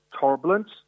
turbulence